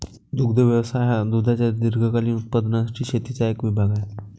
दुग्ध व्यवसाय हा दुधाच्या दीर्घकालीन उत्पादनासाठी शेतीचा एक विभाग आहे